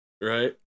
right